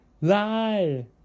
lie